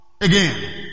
Again